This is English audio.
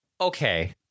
Okay